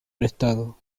prestado